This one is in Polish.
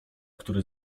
które